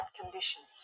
conditions